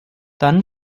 dann